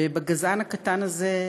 ובגזען הקטן הזה,